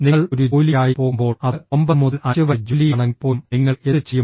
നിങ്ങൾ ഒരു ജോലിക്കായി പോകുമ്പോൾ അത് 9 മുതൽ 5 വരെ ജോലിയാണെങ്കിൽപ്പോലും നിങ്ങളെ എന്തു ചെയ്യും